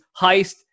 heist